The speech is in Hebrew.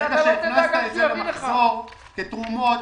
ברגע שהכנסת את זה למחזור כתרומות